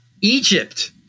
Egypt